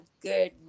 good